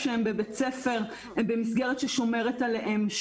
כשהם בבית ספר הם במסגרת ששומרת עליהם,